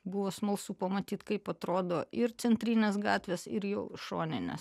buvo smalsu pamatyt kaip atrodo ir centrinės gatvės ir jau šoninės